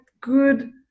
good